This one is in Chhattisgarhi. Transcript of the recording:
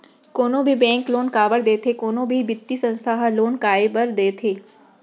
कोनो भी बेंक लोन काबर देथे कोनो भी बित्तीय संस्था ह लोन काय बर देथे?